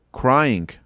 crying